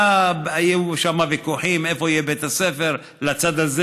היו שם ויכוחים איפה יהיה בית הספר לצד הזה,